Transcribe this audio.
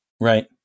Right